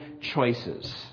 choices